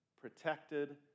protected